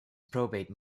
probate